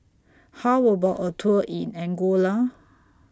How about A Tour in Angola